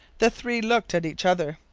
the three looked at each other.